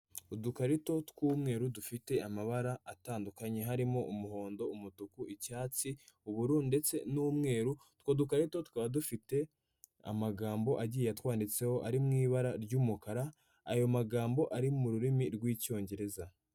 Udukarito tw'umweru dufite amabara atandukanye harimo; umuhondo, umutuku, icyatsi, ubururu ndetse n'umweru. Utwo dukarito tukaba dufite amagambo agiye atwanditseho ari mu ibara ry'umukara, ayo magambo ari mu rurimi rw'icyongereza.